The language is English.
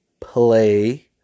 play